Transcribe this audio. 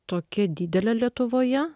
tokia didelė lietuvoje